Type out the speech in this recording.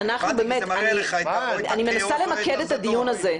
אני מנסה למקד את הדיון הזה.